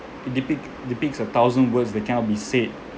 depict depicts a thousand words they cannot be said